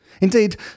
Indeed